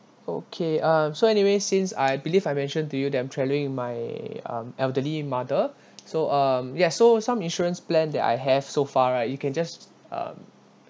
okay uh so anyways since I believe I mentioned to you that I'm traveling with my um elderly mother so um yes so some insurance plan that I have so far right you can just um